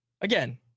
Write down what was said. again